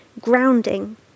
grounding